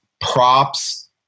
props